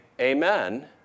amen